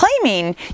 claiming